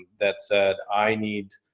that said, i need,